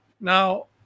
Now